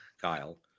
Kyle